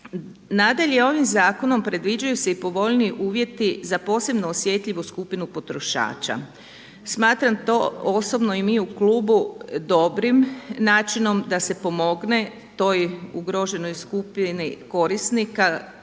Nadalje, ovim zakonom predviđaju se i povoljniji uvjeti za posebno osjetljivu skupinu potrošača. Smatram to osobno i mi u klubu dobrim načinom da se pomogne toj ugroženoj skupini korisnika